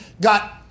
got